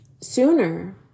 sooner